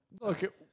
Look